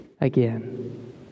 again